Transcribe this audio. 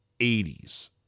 80s